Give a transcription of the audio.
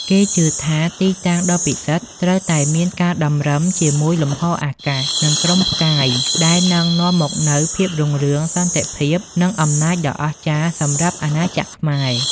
គេជឿថាទីតាំងដ៏ពិសិដ្ឋត្រូវតែមានការតម្រឹមជាមួយលំហអាកាស និងក្រុមផ្កាយដែលនឹងនាំមកនូវភាពរុងរឿង សន្តិភាព និងអំណាចដ៏អស្ចារ្យសម្រាប់អាណាចក្រខ្មែរ។